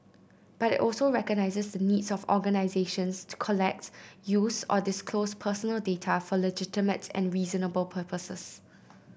but it also recognises the needs of organisations to collect use or disclose personal data for legitimate and reasonable purposes